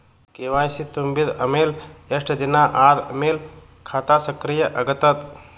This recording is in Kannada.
ಕೆ.ವೈ.ಸಿ ತುಂಬಿದ ಅಮೆಲ ಎಷ್ಟ ದಿನ ಆದ ಮೇಲ ಖಾತಾ ಸಕ್ರಿಯ ಅಗತದ?